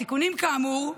התיקונים כאמור,